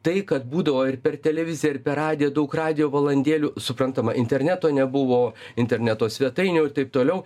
tai kad būdavo ir per televiziją ar per radiją daug radijo valandėlių suprantama interneto nebuvo interneto svetainių ir taip toliau